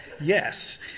yes